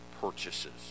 purchases